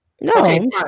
No